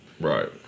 Right